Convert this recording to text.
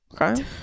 Okay